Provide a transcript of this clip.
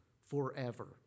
forever